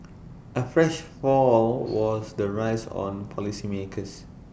A fresh fall all was the raise on policymakers